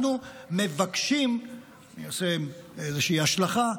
אני עושה איזושהי השלכה,